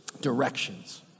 directions